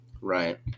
Right